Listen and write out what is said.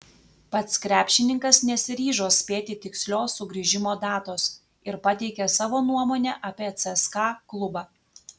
pats krepšininkas nesiryžo spėti tikslios sugrįžimo datos ir pateikė savo nuomonę apie cska klubą